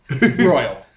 royal